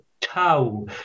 tau